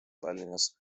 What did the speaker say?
tallinnas